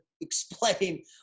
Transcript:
explain